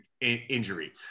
injury